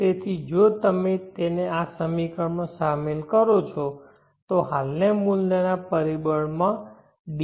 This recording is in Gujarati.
તેથી જો તમે તેને આ સમીકરણમાં શામેલ કરો છો તો હાલના મૂલ્યના પરિબળ માં D